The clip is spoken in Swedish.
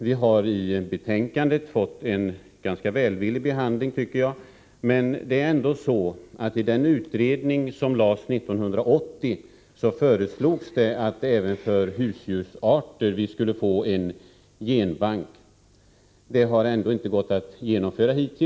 Vi har i betänkandet fått en ganska välvillig behandling, tycker jag. Redan i den utredning som lades fram 1980 föreslogs emellertid att vi även för husdjursarter skulle få en genbank, men det har hittills inte gått att genomföra.